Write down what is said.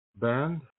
band